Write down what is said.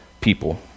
people